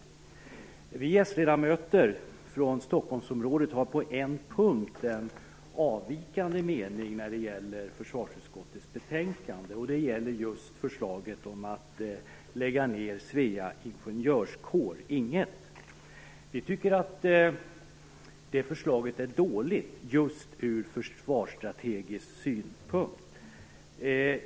Vi socialdemokratiska ledamöter från Stockholmsområdet har på en punkt en avvikande mening när det gäller försvarsutskottets betänkande, och det gäller just förslaget att lägga ned Svea ingenjörskår, Ing 1. Vi tycker att det förslaget är dåligt ur försvarsstrategisk synpunkt.